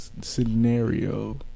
scenario